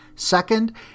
Second